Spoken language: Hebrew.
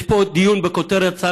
יש פה דיון בכותרת הצעה